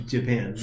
Japan